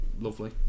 lovely